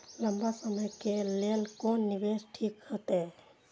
लंबा समय के लेल कोन निवेश ठीक होते?